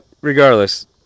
regardless